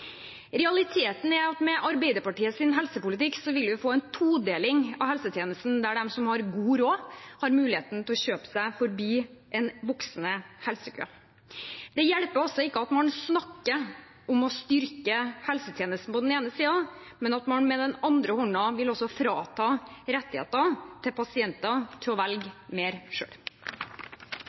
Realiteten er at med Arbeiderpartiets helsepolitikk vil vi få en todeling av helsetjenesten, der de som har god råd, har muligheten til å kjøpe seg forbi en voksende helsekø. Det hjelper ikke at man på den ene siden snakker om å styrke helsetjenesten, når man med den andre hånden vil frata pasientene rettigheter til å velge mer